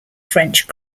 french